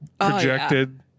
projected